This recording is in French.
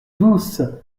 douce